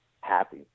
happy